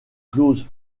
close